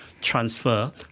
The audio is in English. transfer